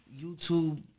YouTube